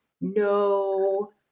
no